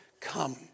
come